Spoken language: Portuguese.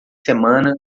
semana